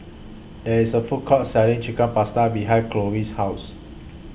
There IS A Food Court Selling Chicken Pasta behind Colie's House